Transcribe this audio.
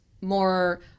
more